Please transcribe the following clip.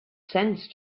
sense